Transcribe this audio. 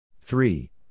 Three